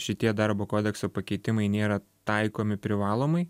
šitie darbo kodekso pakeitimai nėra taikomi privalomai